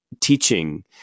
teaching